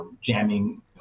jamming